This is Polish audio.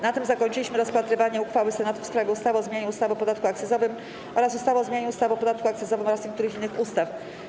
Na tym zakończyliśmy rozpatrywanie uchwały Senatu w sprawie ustawy o zmianie ustawy o podatku akcyzowym oraz ustawy o zmianie ustawy o podatku akcyzowym oraz niektórych innych ustaw.